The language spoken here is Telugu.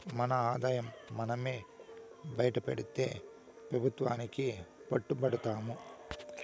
మన ఆదాయం మనమే బైటపెడితే పెబుత్వానికి పట్టు బడతాము